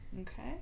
Okay